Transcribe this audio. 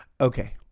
Okay